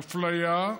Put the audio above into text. "'הפליה'